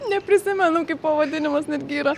neprisimenu kaip pavadinimas netgi yra